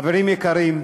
חברים יקרים,